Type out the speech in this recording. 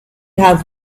has